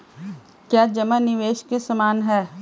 क्या जमा निवेश के समान है?